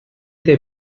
they